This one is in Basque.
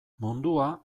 mundua